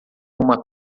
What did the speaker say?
numa